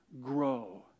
grow